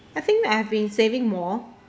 I think I've been saving more